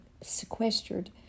sequestered